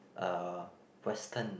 uh western